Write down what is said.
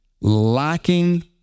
lacking